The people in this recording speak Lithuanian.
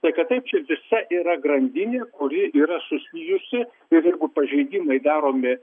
tai kad taip čia visa yra grandinė kuri yra susijusi ir jeigu pažeidimai daromi